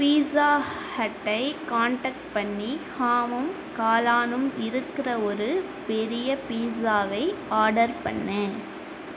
pizza ஹட்டை contact பண்ணி ஹாமும் காளானும் இருக்கிற ஒரு பெரிய பீட்சாவை ஆர்டர் பண்ணு